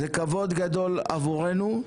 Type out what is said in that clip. זה כבוד גדול עבורנו.